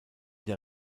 der